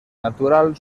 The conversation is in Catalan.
natural